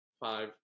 Five